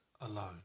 alone